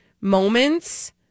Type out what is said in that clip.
moments